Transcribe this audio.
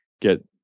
get